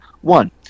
one